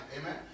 Amen